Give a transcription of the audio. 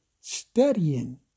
studying